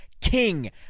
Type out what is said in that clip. King